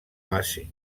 base